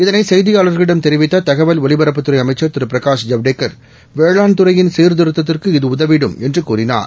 இதனை செய்தியாளா்களிடம் தெரிவித்த தகவல் ஒலிபரப்புத்துறை அமைச்சா் திரு பிரகாஷ் ஜவடேக்கா வேளாண்துறையின் சீர்திருத்தத்திற்கு இது உதவிடும் என்று கூறினார்